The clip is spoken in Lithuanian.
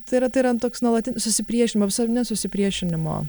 tai yra tai yra toks nuolatin susipriešinimo ar ne susipriešinimo